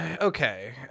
okay